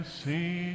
see